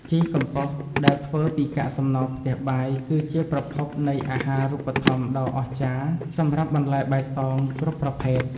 ជីកំប៉ុស្តដែលធ្វើពីកាកសំណល់ផ្ទះបាយគឺជាប្រភពនៃអាហាររូបត្ថម្ភដ៏អស្ចារ្យសម្រាប់បន្លែបៃតងគ្រប់ប្រភេទ។